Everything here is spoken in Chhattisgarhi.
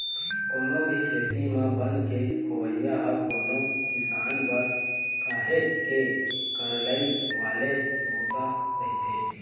कोनो भी खेत म बन के होवई ह कोनो किसान बर काहेच के करलई वाले बूता रहिथे